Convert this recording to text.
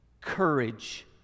courage